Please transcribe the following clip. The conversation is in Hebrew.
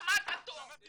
אתה שמעת טוב.